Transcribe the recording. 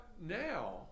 now